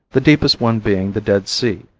the deepest one being the dead sea,